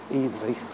easy